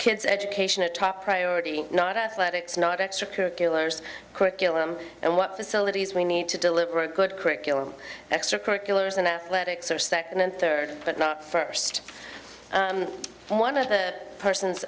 kids education a top priority not athletics not extracurriculars curriculum and what facilities we need to deliver a good curriculum extracurriculars and athletics are second and third but not first one of the persons